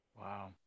Wow